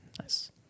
nice